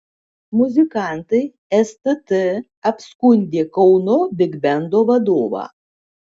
muzikantai stt apskundė kauno bigbendo vadovą